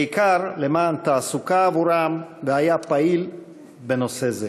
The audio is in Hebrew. בעיקר למען תעסוקה עבורם, והיה פעיל בנושא זה.